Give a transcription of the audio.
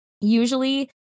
Usually